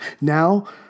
Now